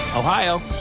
Ohio